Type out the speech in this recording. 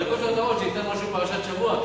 לא נשאר הרבה.